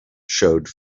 showed